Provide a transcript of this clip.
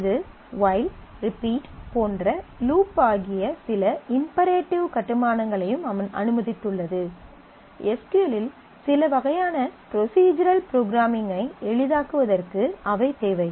இது while repeat போன்ற loop ஆகிய சில இம்பேரேட்டிவ் கட்டுமானங்களையும் அனுமதித்துள்ளது எஸ் க்யூ எல் இல் சில வகையான ப்ரொஸிஜரல் ப்ரோக்ராம்மிங் ஐ எளிதாக்குவதற்கு அவை தேவை